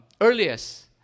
earliest